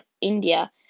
India